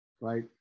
right